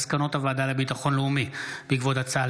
מסקנות הוועדה לביטחון לאומי בעקבות הצעתם